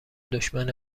دشمن